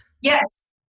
Yes